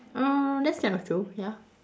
uh that's kind of true ya